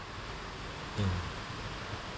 hmm